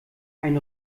ein